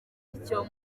icyo